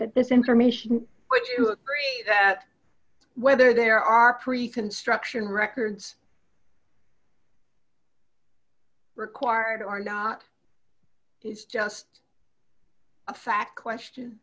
that this information do you agree that whether there are pre construction records required or not is just a fact question